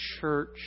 church